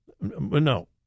No